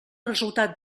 resultat